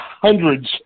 hundreds